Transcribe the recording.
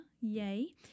Yay